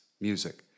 music